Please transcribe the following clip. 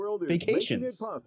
vacations